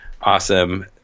awesome